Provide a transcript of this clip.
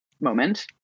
moment